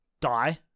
die